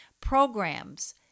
programs